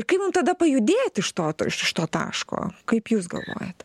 kaip mum tada pajudėt iš to t iš to taško kaip jūs galvojat